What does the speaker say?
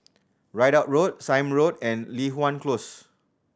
Ridout Road Sime Road and Li Hwan Close